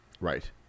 right